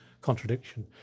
contradiction